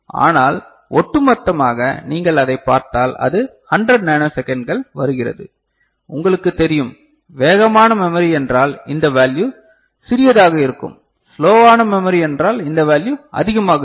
ஆனால் ஒட்டுமொத்தமாக நீங்கள் அதைப் பார்த்தால் அது 100 நானோ செகண்ட்கள் வருகிறது உங்களுக்குத் தெரியும் வேகமான மெமரி என்றால் இந்த வேல்யு சிறியதாகக் இருக்கும் ஸ்லோவான மெமரி என்றால் இந்த வேல்யு அதிகாமாக இருக்கும்